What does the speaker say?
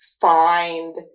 find